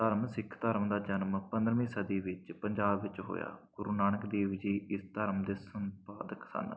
ਧਰਮ ਸਿੱਖ ਧਰਮ ਦਾ ਜਨਮ ਪੰਦਰ੍ਹਵੀਂ ਸਦੀ ਵਿੱਚ ਪੰਜਾਬ ਵਿੱਚ ਹੋਇਆ ਗੁਰੂ ਨਾਨਕ ਦੇਵ ਜੀ ਇਸ ਧਰਮ ਦੇ ਸੰਪਾਦਕ ਸਨ